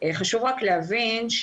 חשוב רק להבין,